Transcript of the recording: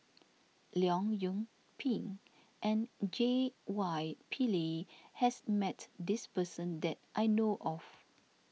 Leong Yoon Pin and J Y Pillay has met this person that I know of